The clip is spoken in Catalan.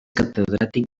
catedràtic